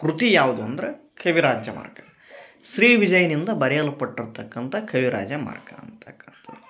ಕೃತಿ ಯಾವುದು ಅಂದರೆ ಕವಿರಾಜಮಾರ್ಗ ಶ್ರೀ ವಿಜಯನಿಂದ ಬರೆಯಲ್ಪಟ್ಟಿರ್ತಕ್ಕಂಥ ಕವಿರಾಜಮಾರ್ಗ ಅಂತಕ್ಕಂಥದ್ದು